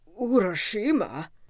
Urashima